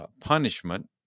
punishment